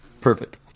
Perfect